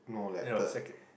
you know seco~